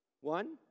One